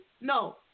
No